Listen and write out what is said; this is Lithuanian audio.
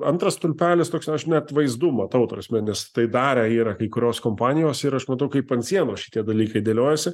antras stulpelis toks aš net vaizdų matau ta prasme nes tai darę yra kai kurios kompanijos ir aš matau kaip ant sienų šitie dalykai dėliojasi